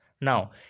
now